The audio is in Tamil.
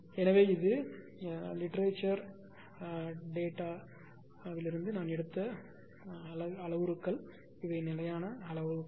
எனவே இது இலக்கிய தரநிலை அளவுருக்களிலிருந்து நான் எடுத்த அளவுருக்கள் இவை நிலையான அளவுருக்கள்